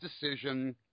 decision